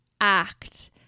act